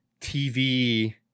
TV